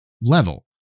level